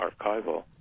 archival